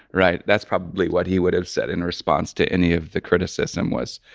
right? that's probably what he would've said in response to any of the criticism was,